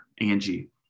Angie